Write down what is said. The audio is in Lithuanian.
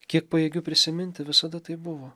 kiek pajėgiu prisiminti visada taip buvo